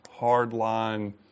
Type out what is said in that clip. hardline